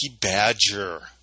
Badger